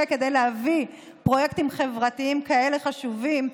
כדי להביא פרויקטים חברתיים כאלה חשובים.